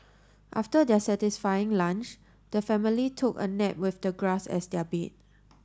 after their satisfying lunch the family took a nap with the grass as their bed